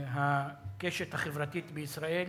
הקשת החברתית בישראל,